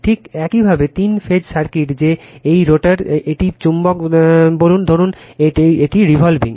ঠিক একইভাবে তিন ফেজ সার্কিট যে এই রোটার এটি চুম্বক বলুন ধরুন এটি রিভলভিং